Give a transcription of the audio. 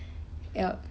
yup